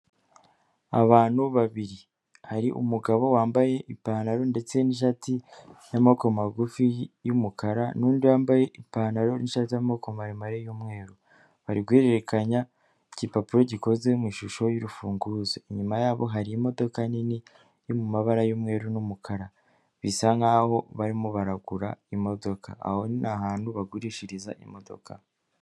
Abantu babiri, hari umugabo wambaye ipantaro ndetse n'ishati y'amaboko magufi y'umukara n'undi wambaye ipantaro nshya y'amamoboko maremare y'umweru, bari guhererekanya igipapuro gikoze mu ishusho y'urufunguzo, inyuma yabo hari imodoka nini iri mu mabara y'umweru, umukara bisa nkaho barimo baragura imodoka, aho ni ahantu bagurishiriza imodoka.